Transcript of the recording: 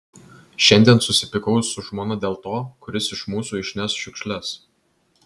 šiandien susipykau su žmona dėl to kuris iš mūsų išneš šiukšles